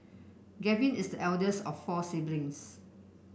Gavin is the eldest of four siblings